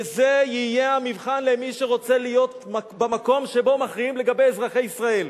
וזה יהיה המבחן למי שרוצה להיות במקום שבו מכריעים לגבי אזרחי ישראל.